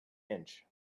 inch